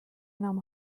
enam